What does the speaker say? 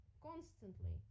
constantly